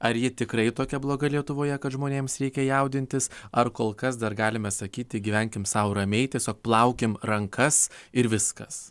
ar ji tikrai tokia bloga lietuvoje kad žmonėms reikia jaudintis ar kol kas dar galime sakyti gyvenkim sau ramiai tiesiog plaukim rankas ir viskas